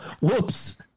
whoops